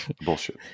bullshit